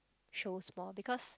shows more because